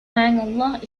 މާތްﷲ